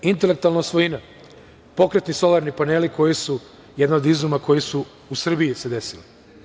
Intelektualna svojina, pokretni solarni paneli koji su jedan od izuma koji su se desili u Srbiji.